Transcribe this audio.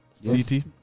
City